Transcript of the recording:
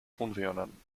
funcionan